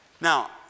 Now